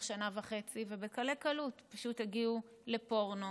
שנה וחצי ובקלי-קלות פשוט הגיעו לפורנו,